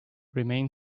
remain